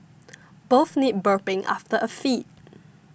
both need burping after a feed